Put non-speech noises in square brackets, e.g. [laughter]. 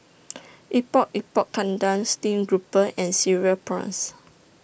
[noise] Epok Epok Kentang Stream Grouper and Cereal Prawns